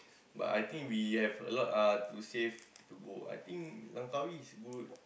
but I think we have a lot uh to save to go I think Langkawi is good